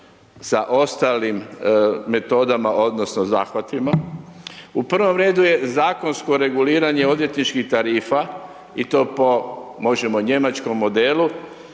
sa ostalim metodama odnosno zahvatima. U prvom redu je zakonsko reguliranje odvjetničkih tarifa i to po možemo njemačkom modelu,